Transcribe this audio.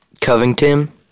Covington